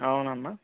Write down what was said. అవును అన్న